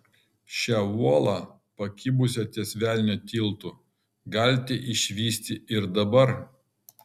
šią uolą pakibusią ties velnio tiltu galite išvysti ir dabar